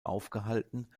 aufgehalten